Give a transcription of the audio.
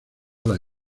las